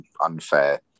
unfair